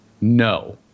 No